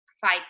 fight